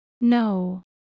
No